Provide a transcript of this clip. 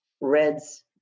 Red's